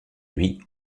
lui